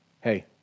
Hey